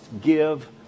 give